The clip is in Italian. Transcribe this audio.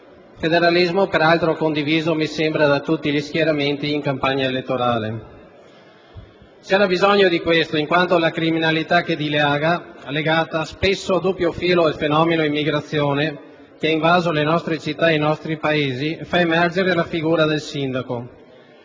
federalismo peraltro condiviso da tutti gli schieramenti in campagna elettorale. C'era bisogno di questo, in quanto la criminalità che dilaga, legata spesso a doppio filo al fenomeno dell'immigrazione che ha invaso le nostre città e i nostri paesi, fa emergere la figura del sindaco,